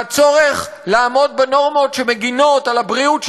מהצורך לעמוד בנורמות שמגינות על הבריאות שלנו,